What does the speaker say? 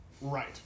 Right